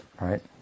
right